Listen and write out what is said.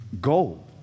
goal